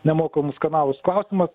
nemokamus kanalus klausimas